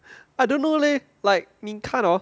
I don't know leh like 你看 hor